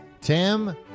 Tim